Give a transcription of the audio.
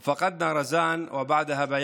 ואני אקרא את זה בערבית.